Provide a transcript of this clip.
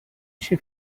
she